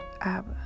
abba